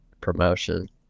promotion